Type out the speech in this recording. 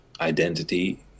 identity